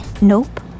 Nope